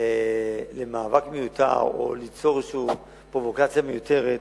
למאבק מיותר, או ליצור איזו פרובוקציה מיותרת,